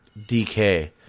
DK